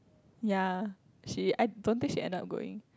ya she I don't think she end up going